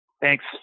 Thanks